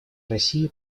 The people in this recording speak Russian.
россии